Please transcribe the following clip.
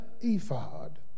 ephod